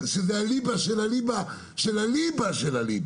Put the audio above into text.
שזה הליבה של הליבה של הליבה,